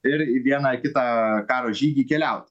ir į vieną į kitą karo žygį keliaut